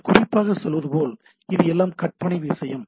நான் குறிப்பாக சொல்வது போல் இது எல்லாம் கற்பனையான விஷயம்